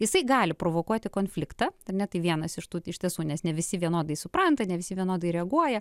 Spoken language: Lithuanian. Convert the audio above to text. jisai gali provokuoti konfliktą ar ne tai vienas iš tų iš tiesų nes ne visi vienodai supranta ne visi vienodai reaguoja